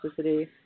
toxicity